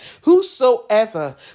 Whosoever